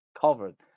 covered